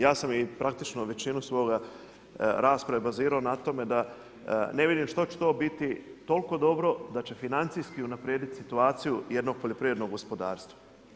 Ja sam i praktično većinu svoje rasprave bazirao na tome da ne vidim što će to biti toliko dobro da će financijski unaprijediti situaciju jednog poljoprivrednog gospodarstva.